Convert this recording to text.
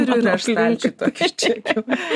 turiu ir aš stalčiuj tokių čekių